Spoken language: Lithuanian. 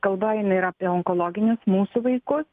kalba eina ir apie onkologinius mūsų vaikus